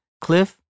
Cliff